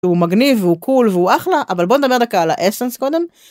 הוא מגניב והוא קול והוא אחלה אבל בוא נדבר דקה על האסנס קודם.